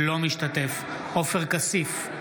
אינו משתתף בהצבעה עופר כסיף,